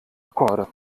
akkorde